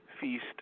Feast